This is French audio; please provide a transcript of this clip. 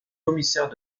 commissaires